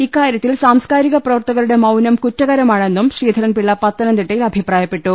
ഇക്കാരൃത്തിൽ സാംസ്കാരിക പ്രവർത്തകരുടെ മൌനം കുറ്റകരമാണെന്നും ശ്രീധരൻപിളള പത്തനംതിട്ടയിൽ അഭിപ്രായപ്പെട്ടു